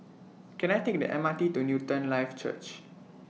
Can I Take The M R T to Newton Life Church